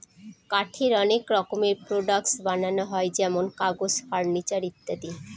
কাঠের অনেক রকমের প্রডাক্টস বানানো হয় যেমন কাগজ, ফার্নিচার ইত্যাদি